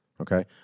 Okay